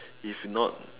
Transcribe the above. if not